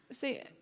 See